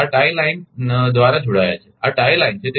આ tie line દ્વારા જોડાયેલ છે આ ટાઇ લાઇન છે